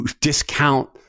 discount